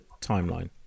timeline